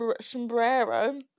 Sombrero